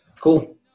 Cool